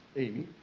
amy?